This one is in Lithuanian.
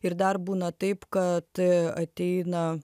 ir dar būna taip kad ateina